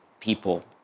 people